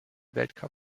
weltcup